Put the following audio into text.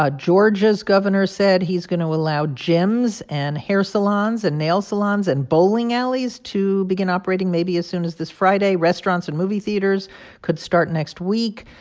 ah georgia's governor said he's going to allow gyms and hair salons and nail salons and bowling alleys to begin operating maybe as soon as this friday. restaurants and movie theaters could start next week.